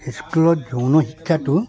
স্কুলত যৌন শিক্ষাটো